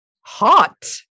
Hot